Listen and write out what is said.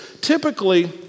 typically